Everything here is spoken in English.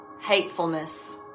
hatefulness